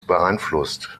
beeinflusst